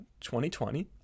2020